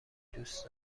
دوست